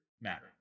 matter